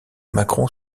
macron